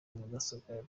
mudasobwa